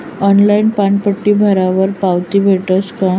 Online पानपट्टी भरावर पावती भेटस का?